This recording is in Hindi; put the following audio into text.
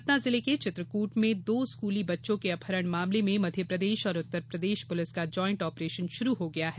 सतना जिले के चित्रकूट में दो स्कूली बच्चो के अपहरण मामले में मध्यप्रदेश और उत्तरप्रदेश पुलिस का जॉएंट ऑपरेशन शुरू हो गया है